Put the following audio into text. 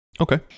Okay